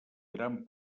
gran